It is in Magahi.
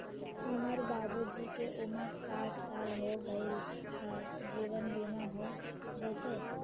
हमर बाबूजी के उमर साठ साल हो गैलई ह, जीवन बीमा हो जैतई?